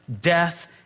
death